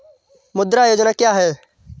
मुद्रा योजना क्या है?